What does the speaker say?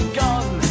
gone